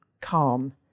calm